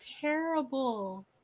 terrible